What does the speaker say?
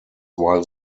while